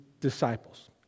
disciples